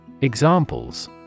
Examples